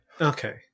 Okay